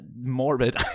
morbid